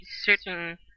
certain